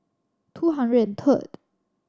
two hundred and